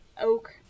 Oak